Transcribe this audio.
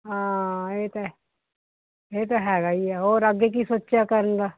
ਹਾਂ ਇਹ ਤਾਂ ਇਹ ਤਾਂ ਹੈਗਾ ਹੀ ਆ ਉਹ ਅੱਗੇ ਕੀ ਸੋਚਿਆ ਕਰਨ ਦਾ